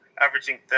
averaging